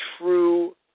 true